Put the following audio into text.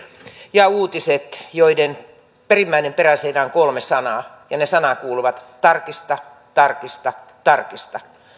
ja uutiset joiden perimmäinen peräseinä on kolme sanaa ja ne sanat kuuluvat tarkista tarkista tarkista